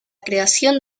creación